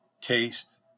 taste